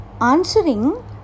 answering